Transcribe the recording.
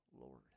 Lord